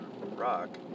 rock